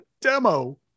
demo